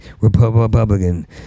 Republican